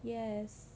yes